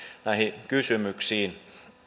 näihin kysymyksiin